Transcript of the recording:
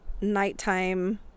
nighttime